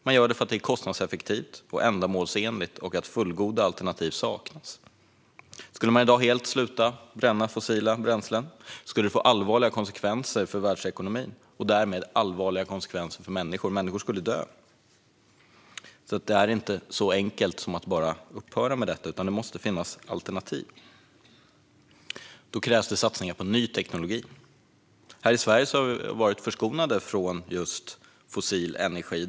Man gör det för att det är kostnadseffektivt och ändamålsenligt och för att fullgoda alternativ saknas. Skulle man i dag helt sluta bränna fossila bränslen skulle det få allvarliga konsekvenser för världsekonomin och därmed allvarliga konsekvenser för människor - människor skulle dö. Det är alltså inte så enkelt som att bara upphöra med detta, utan det måste finnas alternativ. Då krävs det satsningar på ny teknologi. I Sverige har vi varit förskonade från just fossil energi.